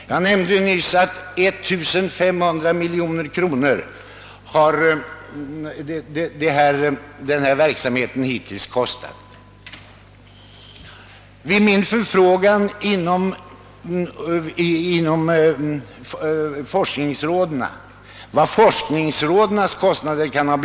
Jag nämnde nyss, att denna verksamhet hittills kostat 1500 miljoner kronor.